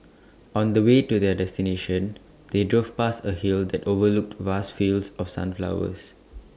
on the way to their destination they drove past A hill that overlooked vast fields of sunflowers